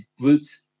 groups